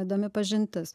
įdomi pažintis